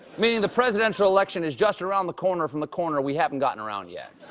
meaning the presidential election is just around the corner from the corner we haven't gotten around yet.